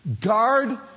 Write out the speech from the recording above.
guard